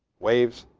waves.